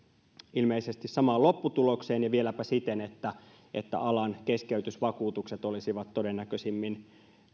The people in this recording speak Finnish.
ilmeisesti samaan lopputulokseen ja vieläpä siten että alan keskeytysvakuutukset olisivat todennäköisimmin